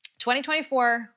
2024